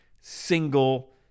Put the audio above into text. single